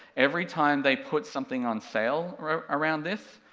every time they put something on sale around this,